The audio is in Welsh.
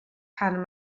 pan